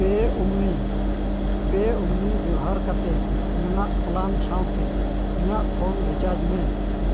ᱚᱢᱱᱤ ᱵᱮᱵᱚᱦᱟᱨ ᱠᱟᱛᱮᱫ ᱢᱮᱱᱟᱜ ᱥᱟᱶᱛᱮ ᱤᱧᱟᱹᱜ ᱢᱮ